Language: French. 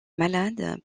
malades